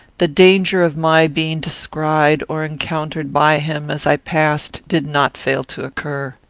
the danger of my being descried or encountered by him as i passed did not fail to occur.